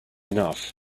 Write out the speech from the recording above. enough